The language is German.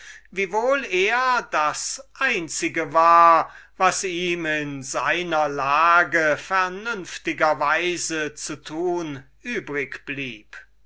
tat aber das einzige war was ihm in den umständen worin er sich befand vernünftiger weise zu tun